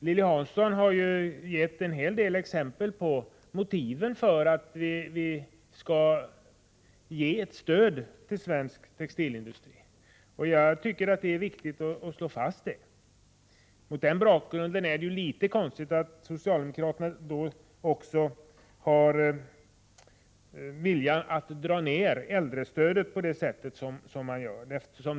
Lilly Hansson har gett en hel del exempel på motiven för att vi skall ge ett stöd till svensk textilindustri. Jag tycker att det är viktigt att slå fast detta. Mot den bakgrunden är det litet konstigt att socialdemokraterna vill dra ner äldrestödet på det sätt som man gör.